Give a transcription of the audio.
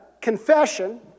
Confession